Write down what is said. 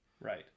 Right